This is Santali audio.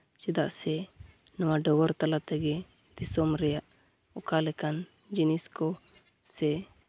ᱪᱮᱫᱟᱜ ᱥᱮ ᱱᱚᱣᱟ ᱰᱚᱜᱚᱨ ᱛᱟᱞᱟ ᱛᱮᱜᱮ ᱫᱤᱥᱚᱢ ᱨᱮᱭᱟᱜ ᱚᱠᱟᱞᱮᱠᱟᱱ ᱡᱤᱱᱤᱥ ᱠᱚ ᱥᱮ